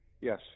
Yes